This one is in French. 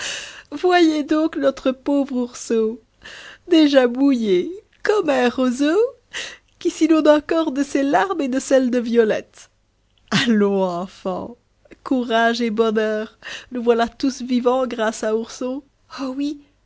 voyez donc notre pauvre ourson déjà mouillé comme un roseau qui s'inonde encore de ses larmes et de celles de violette allons enfants courage et bonheur nous voilà tous vivants grâce à ourson oh oui